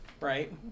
right